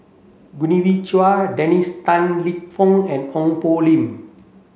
Genevieve Chua Dennis Tan Lip Fong and Ong Poh Lim